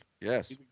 Yes